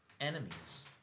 enemies